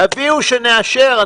תביאו אותן שנאשר.